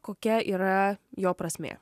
kokia yra jo prasmė